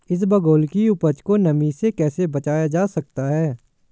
इसबगोल की उपज को नमी से कैसे बचाया जा सकता है?